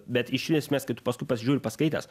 bet iš esmės kai tu paskui pasižiūri paskaitęs